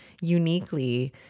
uniquely